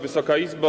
Wysoka Izbo!